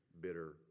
bitter